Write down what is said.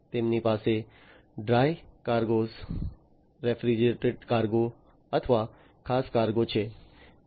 તેથી તેમની પાસે ડ્રાય કાર્ગો રેફ્રિજરેટેડ કાર્ગો અથવા ખાસ કાર્ગો છે